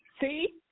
See